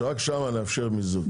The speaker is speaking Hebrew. שרק שם נאפשר מיזוג?